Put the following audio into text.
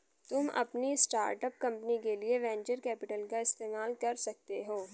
तुम अपनी start up company के लिए वेन्चर कैपिटल का इस्तेमाल कर सकते हो